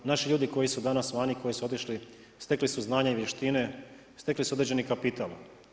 Naši ljudi koji su danas vani, koji su otišli, stekli su znanja i vještine, stekli su određeni kapital.